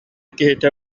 киһитэ